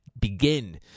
begin